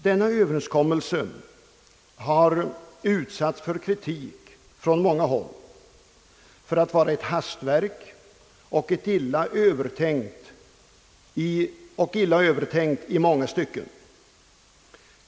Denna Ööverenskommelse har utsatts för kritik från många håll för att vara ett hastverk och illa övertänkt i många stycken.